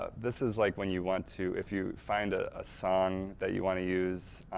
ah this is like when you want to, if you find a ah song that you want to use,